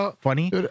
funny